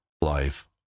life